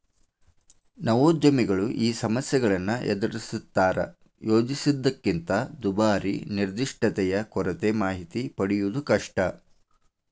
ನವೋದ್ಯಮಿಗಳು ಈ ಸಮಸ್ಯೆಗಳನ್ನ ಎದರಿಸ್ತಾರಾ ಯೋಜಿಸಿದ್ದಕ್ಕಿಂತ ದುಬಾರಿ ನಿರ್ದಿಷ್ಟತೆಯ ಕೊರತೆ ಮಾಹಿತಿ ಪಡೆಯದು ಕಷ್ಟ